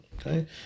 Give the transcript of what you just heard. okay